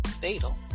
Fatal